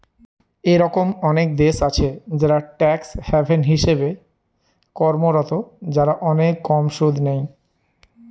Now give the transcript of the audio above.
এরকম অনেক দেশ আছে যারা ট্যাক্স হ্যাভেন হিসেবে কর্মরত, যারা অনেক কম সুদ নেয়